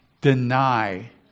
Deny